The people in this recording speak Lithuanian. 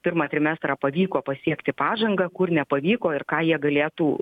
pirmą trimestrą pavyko pasiekti pažangą kur nepavyko ir ką jie galėtų